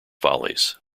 follies